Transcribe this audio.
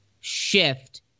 shift